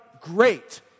great